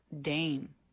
Dane